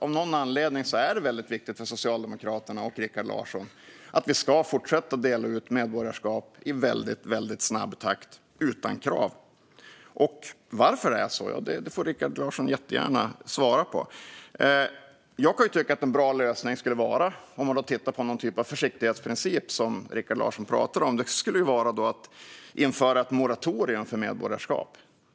Av någon anledning är det väldigt viktigt för Socialdemokraterna och Rikard Larsson att vi ska fortsätta dela ut medborgarskap i väldigt snabb takt utan krav. Varför det är så får Rikard Larsson jättegärna svara på. Jag kan tycka att en bra lösning om man tittar på någon typ av försiktighetsprincip, som Rikard Larsson pratade om, skulle vara att införa ett moratorium för medborgarskap.